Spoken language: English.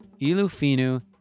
Ilufinu